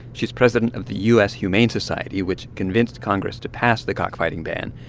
she's president of the u s. humane society, which convinced congress to pass the cockfighting ban.